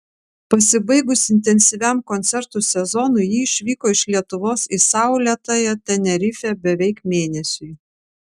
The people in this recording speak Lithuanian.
pasibaigus intensyviam koncertų sezonui ji išvyko iš lietuvos į saulėtąją tenerifę beveik mėnesiui